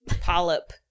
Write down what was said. Polyp